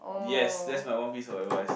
yes that's my one piece of advice